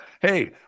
hey